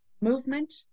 movement